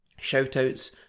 shout-outs